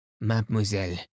Mademoiselle